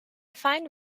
find